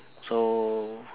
so